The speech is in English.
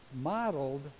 modeled